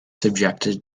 subjected